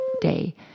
day